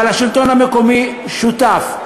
אבל השלטון המקומי שותף.